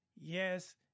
Yes